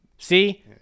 See